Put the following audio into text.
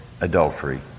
adultery